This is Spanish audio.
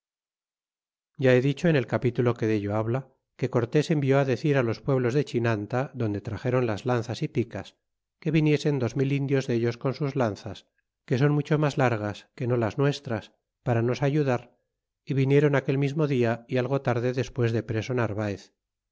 ya he dicho en el capitulo que dello habla que cortés envió decir los pueblos de chidanta donde traxéron las lanzas é picas que viniesen dos mil indios dellos con sus lanzas que son mucho mas largas que no las nuestras para nos ayudar é viniéron aquel mismo dia y algo tarde despues de preso narvaez